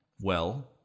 Well